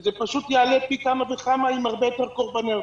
זה פשוט יעלה פי כמה וכמה עם הרבה יותר קורבנות.